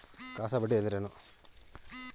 CASA ಬಡ್ಡಿ ಎಂದರೇನು?